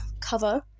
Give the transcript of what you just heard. cover